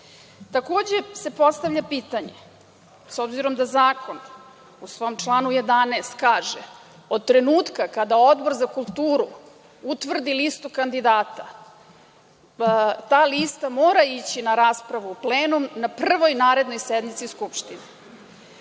desilo? Takođe se postavlja pitanje, s obzirom da zakon u svom članu 11. kaže – od trenutka kada Odbor za kulturu utvrdi listu kandidata, ta lista mora ići na raspravu u plenum na prvoj narednoj sednici Skupštine,